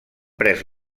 pres